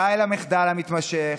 די למחדל המתמשך,